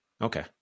Okay